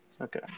Okay